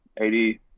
80